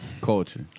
Culture